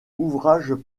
ouvrages